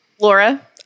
Laura